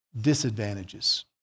disadvantages